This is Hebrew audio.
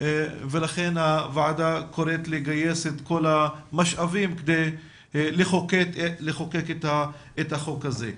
ולכן הוועדה קוראת לגייס את כל המשאבים כדי לחוקק את החוק הזה.